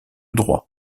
droit